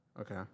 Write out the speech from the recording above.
Okay